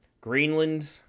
Greenland